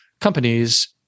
companies